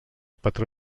patró